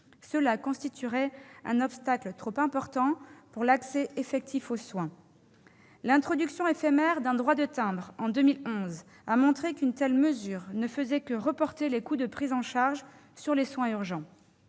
cela constituerait un obstacle trop important pour l'accès effectif aux soins. L'introduction éphémère d'un droit de timbre en 2011 a montré qu'une telle mesure ne faisait que reporter les coûts de prise en charge sur les soins urgents.